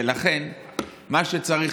מה שצריך,